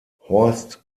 horst